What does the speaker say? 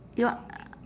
your